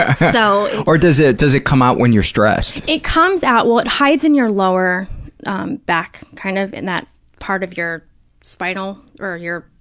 ah so or does it does it come out when you're stressed? it comes out, well, it hides in your lower um back kind of, in that part of your spinal, or your,